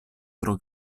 tro